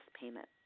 payment